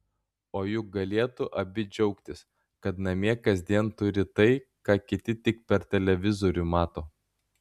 o juk galėtų abi džiaugtis kad namie kasdien turi tai ką kiti tik per televizorių mato